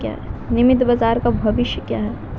नियमित बाजार का भविष्य क्या है?